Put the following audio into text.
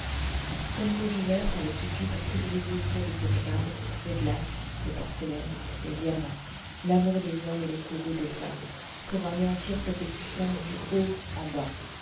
un seul mot du maître avait suffi pour tout briser autour de cette femme les glaces les porcelaines les diamants l'amour des hommes et le courroux des femmes pour anéantir cette puissance du haut en bas